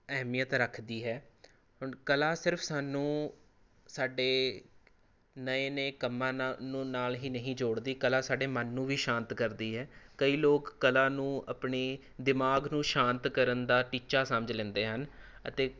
ਅਹਿਮੀਅਤ ਰੱਖਦੀ ਹੈ ਹੁਣ ਕਲਾ ਸਿਰਫ ਸਾਨੂੰ ਸਾਡੇ ਨਵੇਂ ਨਵੇਂ ਕੰਮਾਂ ਨ ਨੂੰ ਨਾਲ ਹੀ ਨਹੀਂ ਜੋੜਦੀ ਕਲਾ ਸਾਡੇ ਮਨ ਨੂੰ ਵੀ ਸ਼ਾਂਤ ਕਰਦੀ ਹੈ ਕਈ ਲੋਕ ਕਲਾ ਨੂੰ ਆਪਣੇ ਦਿਮਾਗ ਨੂੰ ਸ਼ਾਂਤ ਕਰਨ ਦਾ ਟੀਚਾ ਸਮਝ ਲੈਂਦੇ ਹਨ ਅਤੇ